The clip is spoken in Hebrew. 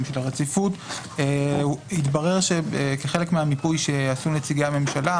של הרציפות התברר שכחלק מהמיפוי שעשו נציגי הממשלה